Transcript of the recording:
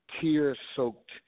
tear-soaked